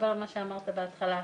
שאמרת בהתחלה.